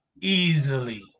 easily